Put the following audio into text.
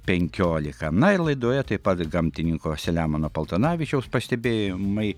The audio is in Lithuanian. penkiolika na ir laidoje taip pat gamtininko selemono paltanavičiaus pastebėjimai